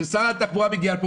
ששר התחבורה יגיע לפה,